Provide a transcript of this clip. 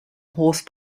horse